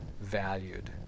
valued